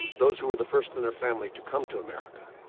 those who were the first in their family to come to america